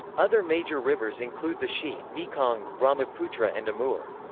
other major rivers include the xi, mekong, brahmaputra and amur.